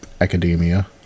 academia